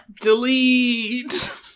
delete